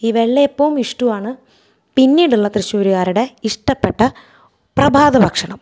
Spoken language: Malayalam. ഈ വെള്ളയപ്പോം ഇഷ്ടൂവാണ് പിന്നീടുള്ള തൃശ്ശൂര്കാർടെ ഇഷ്ടപ്പെട്ട പ്രഭാത ഭക്ഷണം